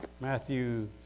Matthew